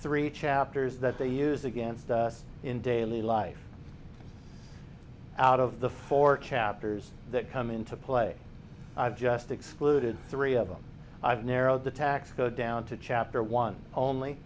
three chapters that they use again in daily life out of the four chapters that come into play just excluded three of them i've narrowed the tax code down to chapter one only